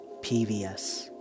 PVS